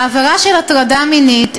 העבירה של הטרדה מינית,